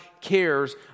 cares